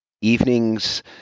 evenings